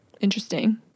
interesting